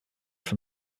from